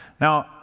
Now